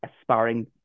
aspiring